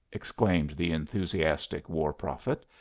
exclaimed the enthusiastic war prophet,